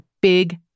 big